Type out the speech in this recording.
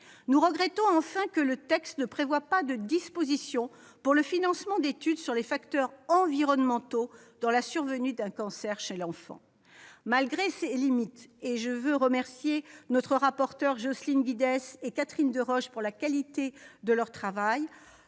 Nous regrettons enfin que le texte ne prévoie pas de dispositions relatives au financement d'études sur les facteurs environnementaux dans la survenue d'un cancer chez l'enfant. Malgré ces limites- et je veux remercier notre rapporteur Jocelyne Guidez ainsi que Catherine Deroche pour la qualité de leur travail